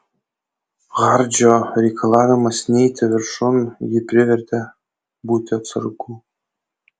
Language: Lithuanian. hardžio reikalavimas neiti viršun jį privertė būti atsargų